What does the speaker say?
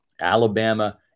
alabama